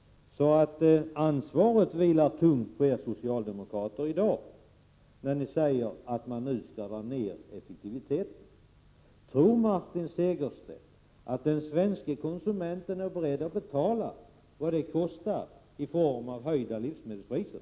Ansvaret vilar alltså tungt på er socialdemokrater i dag när ni säger att bönderna nu skall dra ner effektiviteten. Tror Martin Segerstedt att den svenske konsumenten är beredd att betala vad det kostar i form av höjda livsmedelspriser?